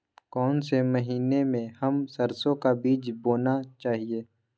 कौन से महीने में हम सरसो का बीज बोना चाहिए?